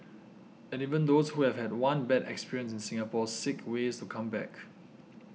and even those who have had one bad experience in Singapore seek ways to come back